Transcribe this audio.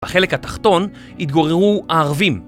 בחלק התחתון התגוררו הערבים